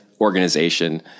organization